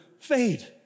fade